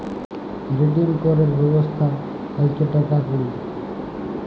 redeem ক্যরের ব্যবস্থা থাক্যে টাকা কুড়ি